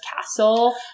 castle